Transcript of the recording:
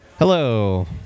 Hello